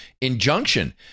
injunction